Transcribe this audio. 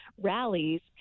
rallies